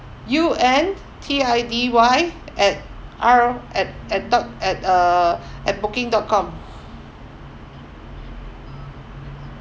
U N T I D Y at R at at dot at uh at booking dot com